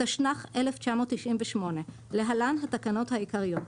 התשנ"ח 1998 (להלן התקנות העיקריות),